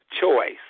choice